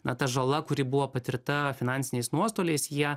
na ta žala kuri buvo patirta finansiniais nuostoliais ją